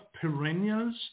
perennials